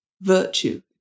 virtue